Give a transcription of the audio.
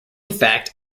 fact